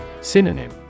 Synonym